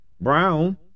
brown